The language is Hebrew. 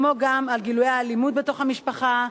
כמו גם גילויי האלימות בתוך המשפחה,